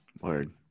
Word